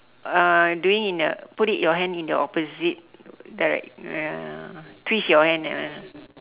uh doing in a put it your hand in the opposite direc~ ya twist your hand that one ah